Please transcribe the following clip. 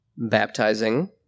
baptizing